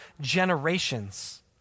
generations